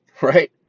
right